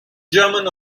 german